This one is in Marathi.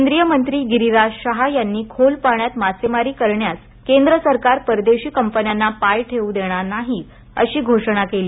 केंद्रीय मंत्री गिरीराज शहा यांनी खोल पाण्यात मासेमारी करण्यास केंद्र सरकार परदेशी कंपन्यांना पाय ठेवू देणार नाही अशी घोषणा केली